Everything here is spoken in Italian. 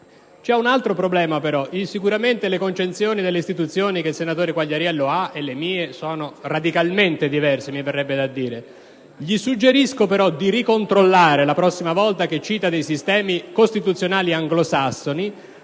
C'è un altro problema però. Sicuramente le concezioni delle istituzioni del senatore Quagliariello e le mie sono radicalmente diverse, mi verrebbe da dire. Gli suggerisco però di ricontrollare, la prossima volta che cita dei sistemi costituzionali anglosassoni,